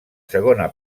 segona